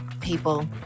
People